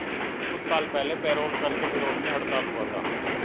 कुछ साल पहले पेरोल कर के विरोध में हड़ताल हुआ था